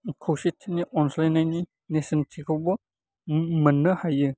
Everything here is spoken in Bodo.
खौसेथिनि अनज्लायनायनि नेरसोनथिखौबो मोन्नो हायो